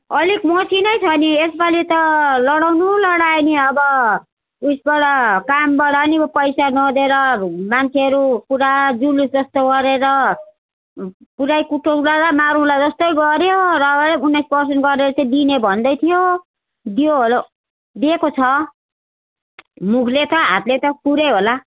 अलिक मसिनै छ नि यसपालि त लडाउनु लडायो नि अब उइसबाट कामबाट नि उ पैसा नदिएर मान्छेहरू पुरा जुलुस जस्तो गरेर पुरै कुटौँला र मारौँला जस्तै गऱ्यो र पनि उन्नाइस पर्सेन्ट गरेर चाहिँ दिने भन्दै थियो दियो होल दिएको छ मुखले त हातले त पुरै होला